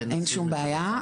אין שום בעיה,